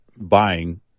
buying